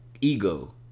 ego